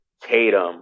Tatum